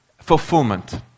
fulfillment